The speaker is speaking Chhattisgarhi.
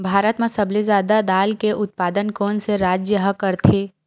भारत मा सबले जादा दाल के उत्पादन कोन से राज्य हा करथे?